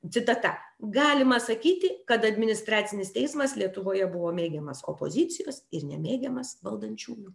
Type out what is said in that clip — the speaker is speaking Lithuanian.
citata galima sakyti kad administracinis teismas lietuvoje buvo mėgiamas opozicijos ir nemėgiamas valdančiųjų